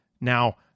Now